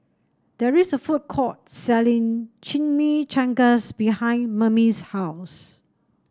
there is a food court selling Chimichangas behind Mame's house